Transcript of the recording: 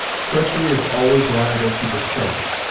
treachery is always liable to distrust,